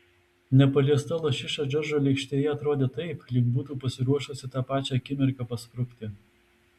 nepaliesta lašiša džordžo lėkštėje atrodė taip lyg būtų pasiruošusi tą pačią akimirką pasprukti